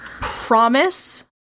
Promise